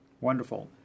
Wonderful